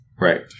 Right